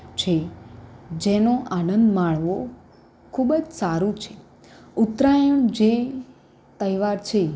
છે જેનો આનંદ માણવો ખૂબ જ સારું છે ઉત્તરાયણ જે તહેવાર છે